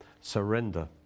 surrender